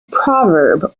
proverb